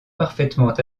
parfaitement